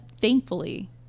thankfully